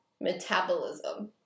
metabolism